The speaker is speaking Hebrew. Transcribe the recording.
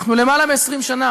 אנחנו למעלה מ-20 שנה